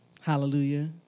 Hallelujah